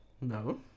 No